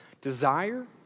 desire